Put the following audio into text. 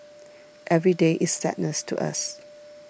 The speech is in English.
every day is sadness to us